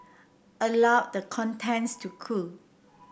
allow the contents to cool